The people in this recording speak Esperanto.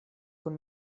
kun